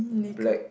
black